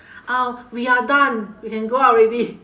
ah we are done we can go out already